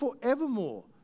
forevermore